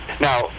Now